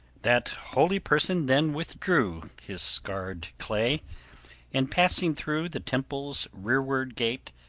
that holy person then withdrew his scared clay and, passing through the temple's rearward gate,